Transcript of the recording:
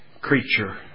creature